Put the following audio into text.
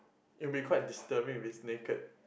it will be quite disturbing if it's naked